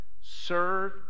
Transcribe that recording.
serve